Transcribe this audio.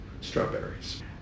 strawberries